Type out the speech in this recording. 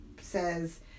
says